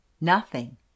Nothing